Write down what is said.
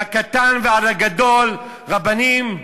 מהקטן ועד הגדול, רבנים,